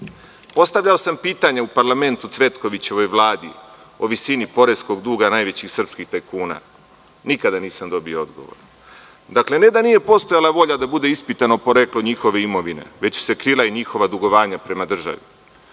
Srbije. Postavljao sam pitanja u parlamentu Cvetkovićevoj Vladi o visini poreskog duga najvećih srpskih tajkuna. Nikada nisam dobio odgovor. Ne da nije postojala volja da bude ispitano poreklo njihove imovine, već su se krila i njihova dugovanja prema državi.